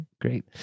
great